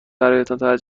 برایتان